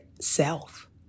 self